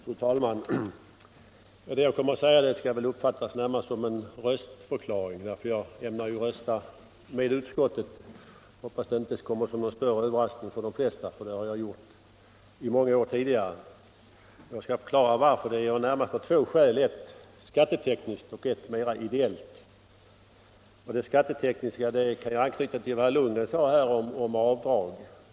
Fru talman! Det jag kommer att säga skall uppfattas närmast som en röstförklaring. Jag ämnar rösta med utskottet, och jag hoppas att det inte kommer som någon överraskning för de flesta. Det har jag ju gjort i många år tidigare. Jag skall förklara varför. Det finns två skäl, ett skattetekniskt och ett mera ideellt. Det skattetekniska kan jag anknyta till vad herr Lundgren sade om avdrag.